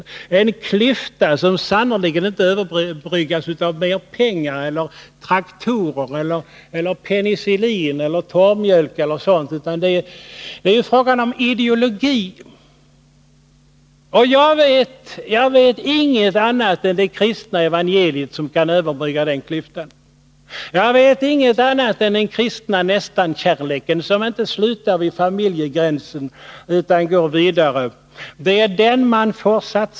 Och denna klyfta överbryggas sannerligen inte av pengar, traktorer, penicillin, torrmjölk eller något sådant. Här gäller det en ideologi. Och i detta sammanhang vet jag inget annat än det kristna evangeliet som kan överbrygga den klyftan. Jag vet inget annat än den kristna nästan-kärleken, som inte slutar vid familjegränsen, utan som går vidare.